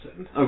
Okay